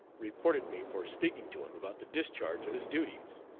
reported me for speaking to him about the discharge of his duties.